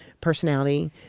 personality